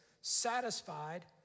satisfied